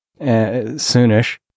soonish